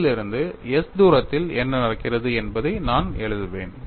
P இலிருந்து s தூரத்தில் என்ன நடக்கிறது என்பதை நான் எழுதுவேன்